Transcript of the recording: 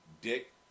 Dick